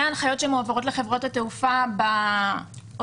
ההנחיות שמועברות לחברות התעופה בהודעות